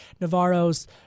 Navarro's